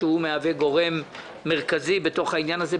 שמהווה גורם מרכזי בתוך העניין הזה,